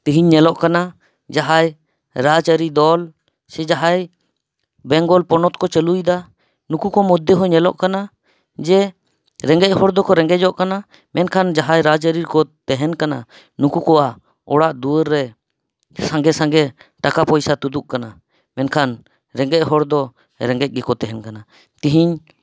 ᱛᱤᱦᱤᱧ ᱧᱮᱞᱚᱜ ᱠᱟᱱᱟ ᱡᱟᱦᱟᱸᱭ ᱨᱟᱡᱽᱼᱟᱹᱨᱤ ᱫᱚᱞ ᱥᱮ ᱡᱟᱦᱟᱸᱭ ᱵᱮᱝᱜᱚᱞ ᱯᱚᱱᱚᱛ ᱠᱚ ᱪᱟᱹᱞᱩᱭᱮᱫᱟ ᱱᱩᱠᱩ ᱠᱚ ᱢᱚᱫᱽᱫᱷᱮ ᱦᱚᱸ ᱧᱮᱞᱚᱜ ᱠᱟᱱᱟ ᱡᱮ ᱨᱮᱸᱜᱮᱡ ᱦᱚᱲ ᱫᱚᱠᱚ ᱨᱮᱸᱜᱮᱡᱚᱜ ᱠᱟᱱᱟ ᱢᱮᱱᱠᱷᱟᱱ ᱡᱟᱦᱟᱸᱭ ᱨᱟᱡᱽᱼᱟᱹᱨᱤ ᱠᱚ ᱛᱟᱦᱮᱱ ᱠᱟᱱᱟ ᱱᱩᱠᱩ ᱠᱚᱣᱟᱜ ᱚᱲᱟᱜ ᱫᱩᱭᱟᱹᱨ ᱨᱮ ᱥᱟᱸᱜᱮᱼᱥᱟᱸᱜᱮ ᱴᱟᱠᱟ ᱯᱚᱭᱥᱟ ᱛᱩᱫᱩᱜ ᱠᱟᱱᱟ ᱢᱮᱱᱠᱷᱟᱱ ᱨᱮᱸᱜᱮᱡ ᱦᱚᱲ ᱫᱚ ᱨᱮᱸᱜᱮᱡ ᱜᱮᱠᱚ ᱛᱟᱦᱮᱱ ᱠᱟᱱᱟ ᱛᱤᱦᱤᱧ